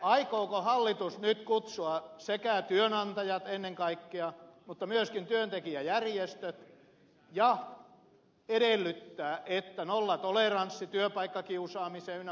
aikooko hallitus nyt kutsua työnantajat ennen kaikkea mutta myöskin työntekijäjärjestöt ja edellyttää että tulee nollatoleranssi työpaikkakiusaamiseen ynnä muuta